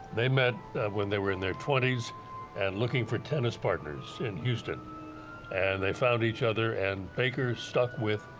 they met when they were in their twenty s and looking for tennis partners in houston and they found each other and baker stuck with